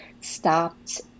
stopped